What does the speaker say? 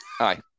Aye